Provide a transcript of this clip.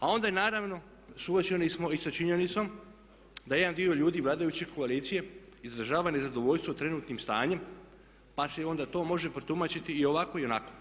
A onda je naravno, suočeni smo i sa činjenicom da jedan dio ljudi vladajuće koalicije izražava nezadovoljstvo trenutnim stanjem pa se onda to može protumačiti i ovako i onako.